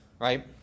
Right